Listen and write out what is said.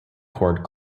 cord